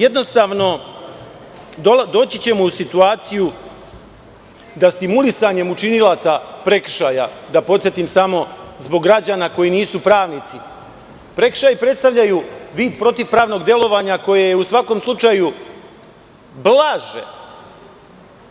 Jednostavno, doći ćemo u situaciju da stimulisanjem učinilaca prekršaja, da podsetim samo zbog građana koji nisu pravnici, prekršaj predstavljaju protiv pravnog delovanja koje je u svakom slučaju blaže,